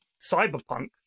cyberpunk